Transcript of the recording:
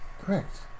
Correct